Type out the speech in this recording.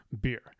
beer